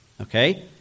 Okay